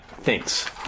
thanks